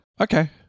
okay